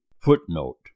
Footnote